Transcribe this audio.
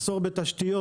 מחסור בתשתיות.